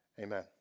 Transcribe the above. Amen